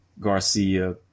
Garcia